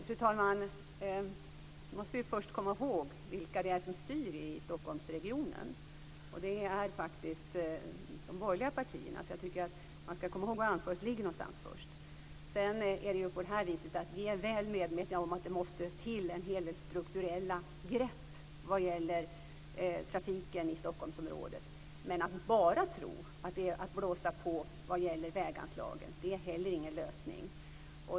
Fru talman! Vi måste först komma ihåg vilka det är som styr i Stockholmsregionen. Det är faktiskt de borgerliga partierna. Jag tycker att man först ska komma ihåg var ansvaret ligger någonstans. Vi är väl medvetna om att det måste till en hel del strukturella grepp vad gäller trafiken i Stockholmsområdet. Men att tro att det bara går att blåsa på vad gäller väganslagen är heller ingen lösning.